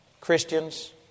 Christians